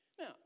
Now